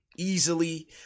Easily